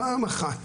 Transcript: פעם אחת,